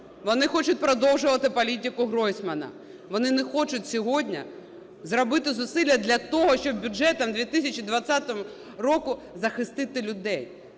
вони хочуть продовжувати політику Гройсмана, вони не хочуть сьогодні зробити зусилля для того, щоб бюджетом 2020 року захистити людей,